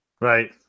right